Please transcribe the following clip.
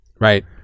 Right